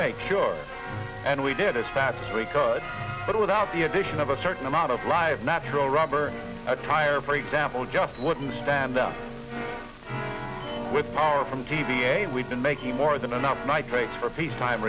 make sure and we did as fast as we could but without the addition of a certain amount of live natural rubber a tire for example just wouldn't stand up with power from dva we'd been making more than enough nitrates for peacetime